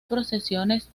procesiones